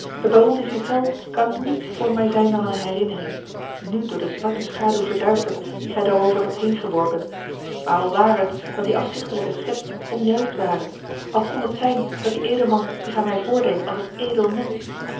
de ghiselles kan niets voor mij zijn dan eene herinnering nù door de zwarte schaduw verduisterd die gij daarover hebt heengeworpen maar al ware het dat die afzichtelijke schets onjuist ware al kon het zijn dat die edelman zich aan mij voordeed als een edel mensch